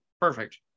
Perfect